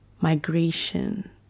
migration